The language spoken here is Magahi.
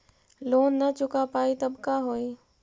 लोन न चुका पाई तब का होई?